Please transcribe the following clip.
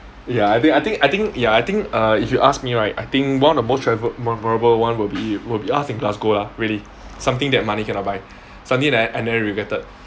ya I think I think I think ya I think uh if you asked me right I think one of the most travel memorable one will be will be us in glasgow lah really something that money cannot buy something that I never regretted